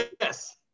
Yes